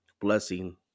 blessing